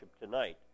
tonight